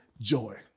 joy